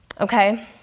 Okay